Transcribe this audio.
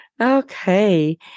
okay